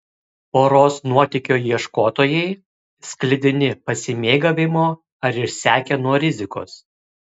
poros nuotykio ieškotojai sklidini pasimėgavimo ar išsekę nuo rizikos